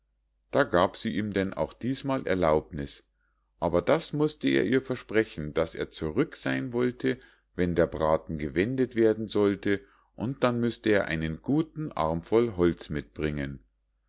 da gab sie ihm denn auch diesmal erlaubniß aber das mußte er ihr versprechen daß er zurück sein wollte wenn der braten gewendet werden sollte und dann müßte er einen guten armvoll holz mitbringen